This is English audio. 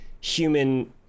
human